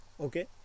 Okay